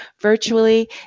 virtually